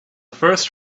first